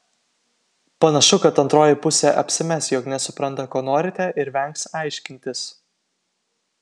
panašu kad antroji pusė apsimes jog nesupranta ko norite ir vengs aiškintis